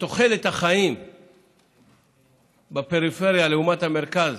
שתוחלת החיים בפריפריה, לעומת המרכז,